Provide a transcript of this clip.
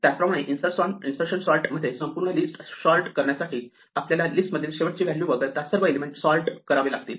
त्याचप्रमाणे insertion sort मध्ये संपूर्ण लिस्ट सॉर्ट करण्यासाठी आपल्याला लिस्ट मधील शेवटची व्हॅल्यू वगळता सर्व एलिमेंट सॉर्ट करावे लागतील